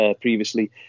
previously